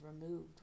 removed